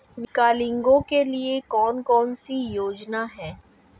विकलांगों के लिए कौन कौनसी योजना है?